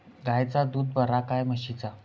गायचा दूध बरा काय म्हशीचा?